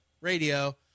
Radio